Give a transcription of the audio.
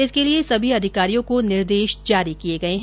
इसके लिए सभी अधिकारियों को निर्देश जारी किए गए हैं